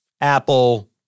Apple